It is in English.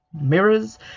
mirrors